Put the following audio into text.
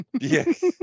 Yes